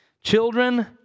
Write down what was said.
children